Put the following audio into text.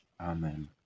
Amen